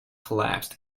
collapsed